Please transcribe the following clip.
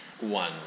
One